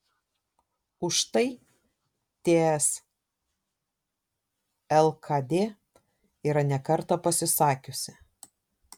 už tai ts lkd yra ne kartą pasisakiusi